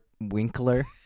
Winkler